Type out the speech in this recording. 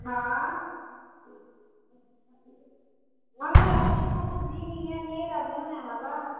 हां अजें तगर दिक्खो पुज्जी नेईं ऐ न्हेरा बी होने आह्ला